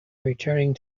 returning